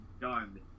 done